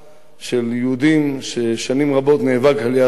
של יהודים ששנים רבות נאבק על יהדותו,